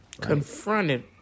Confronted